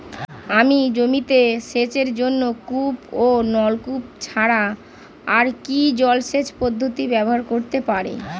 আমি জমিতে সেচের জন্য কূপ ও নলকূপ ছাড়া আর কি জলসেচ পদ্ধতি ব্যবহার করতে পারি?